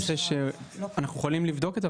אנחנו יכולים לבדוק את זה,